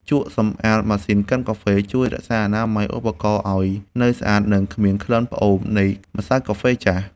ជក់សម្អាតម៉ាស៊ីនកិនកាហ្វេ ជួយរក្សាអនាម័យឧបករណ៍ឱ្យនៅស្អាត និងគ្មានក្លិនផ្អូមនៃម្សៅកាហ្វេចាស់។